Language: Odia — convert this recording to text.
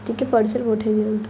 ଟିକେ ପାର୍ସଲ୍ ପଠାଇ ଦିଅନ୍ତୁ